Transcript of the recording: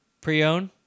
Pre-owned